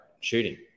shooting